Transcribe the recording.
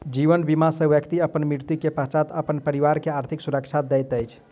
जीवन बीमा सॅ व्यक्ति अपन मृत्यु के पश्चात अपन परिवार के आर्थिक सुरक्षा दैत अछि